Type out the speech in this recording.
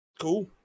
Cool